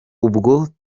ubwo